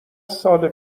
سال